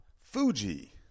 fuji